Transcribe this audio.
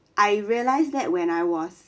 I realise that when I was